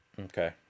Okay